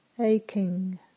aching